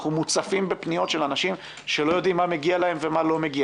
אנחנו מוצפים בפניות של אנשים שלא יודעים מה מהגיע להם ומה לא.